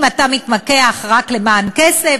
אם אתה מתמקח רק למען כסף,